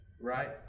right